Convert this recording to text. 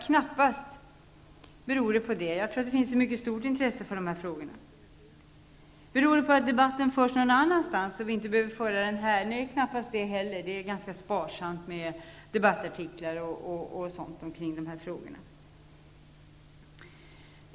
Knappast beror det på intresse. Jag tror att det finns ett mycket stort intresse för dessa frågor. Beror det på att debatten förs någon annanstans, så att vi inte behöver föra den här? Nej, knappast det heller, det är ganska sparsamt med debattartiklar osv. om dessa frågor.